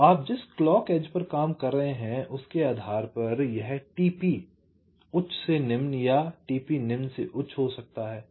तो आप जिस क्लॉक एज पर काम कर रहे हैं उसके आधार पर यह t p उच्च से निम्न या t p निम्न से उच्च तक हो सकता है